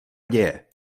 děje